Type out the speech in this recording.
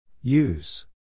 Use